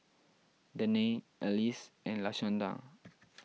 Danae Alys and Lashanda